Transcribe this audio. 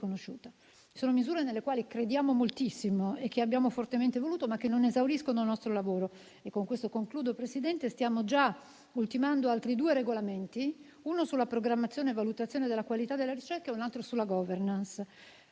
Sono misure nelle quali crediamo moltissimo e che abbiamo fortemente voluto, ma che non esauriscono il nostro lavoro. Stiamo già ultimando altri due regolamenti, uno sulla programmazione e valutazione della qualità della ricerca e un altro sulla *governance*.